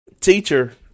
teacher